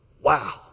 Wow